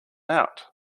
out